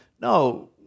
No